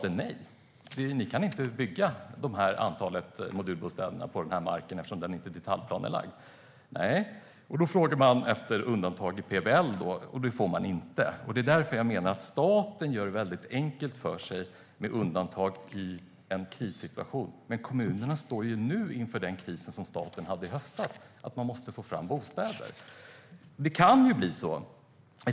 Kommunerna kan inte bygga modulbostäderna på mark som inte är detaljplanelagd. Då frågar man efter undantaget i PBL, men det gäller inte. Staten gör det väldigt enkelt för sig med undantag i en krissituation. Men kommunerna står ju nu inför den kris som staten hade i höstas. De måste få fram bostäder.